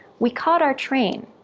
we caught our train.